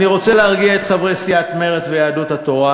אני רוצה להרגיע את חברי הסיעות מרצ ויהדות התורה: